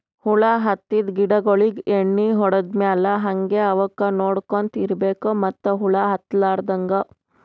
ಹುಳ ಹತ್ತಿದ್ ಗಿಡಗೋಳಿಗ್ ಎಣ್ಣಿ ಹೊಡದ್ ಮ್ಯಾಲ್ ಹಂಗೆ ಅವಕ್ಕ್ ನೋಡ್ಕೊಂತ್ ಇರ್ಬೆಕ್ ಮತ್ತ್ ಹುಳ ಹತ್ತಲಾರದಂಗ್